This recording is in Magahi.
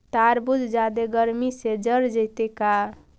तारबुज जादे गर्मी से जर जितै का?